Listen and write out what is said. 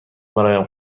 برایم